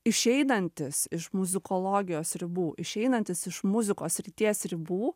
išeinantis iš muzikologijos ribų išeinantis iš muzikos srities ribų